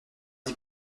dis